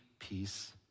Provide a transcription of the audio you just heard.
Peace